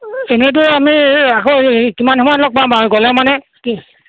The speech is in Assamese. এনেইতো আমি আকৌ কিমান সময়ত লগ পাম বাৰু গ'লে মানে কি